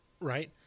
right